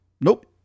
Nope